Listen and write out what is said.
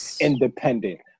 independent